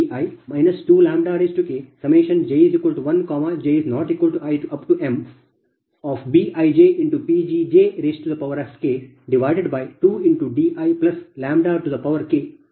ಇದು ವಾಸ್ತವವಾಗಿ f λ ನ ಕಾರ್ಯವಾಗಿದೆ ಏಕೆಂದರೆ ನಾವು ಮೊದಲು ನೋಡಿದರೆf λ PLPLossK ಗೆ ಸಮನಾಗಿರುತ್ತದೆ